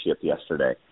yesterday